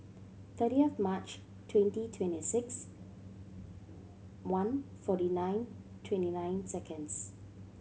thirtieth of March twenty twenty six one forty nine twenty nine seconds